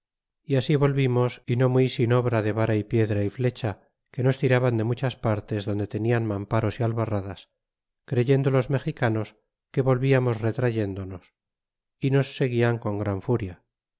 y así volvimos y no muy sin obra de vara y piedra y flecha que nos tiraban de muchas partes donde tenian mamparos y albarradas creyendo los mexicanos que volviamos retrayéndonos é nos seguian con gran furia